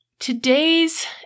Today's